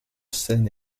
seine